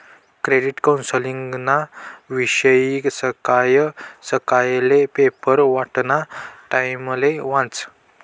credit कौन्सलिंगना विषयी सकाय सकायले पेपर वाटाना टाइमले वाचं